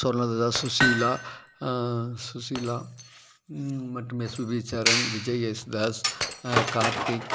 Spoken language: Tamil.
ஸ்வர்ணலதா சுசீலா சுசீலா மற்றும் எஸ்பிபி சரண் விஜய் யேசுதாஸ் கார்த்திக்